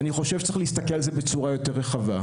אני חושב שצריך להסתכל על זה בצורה יותר רחבה.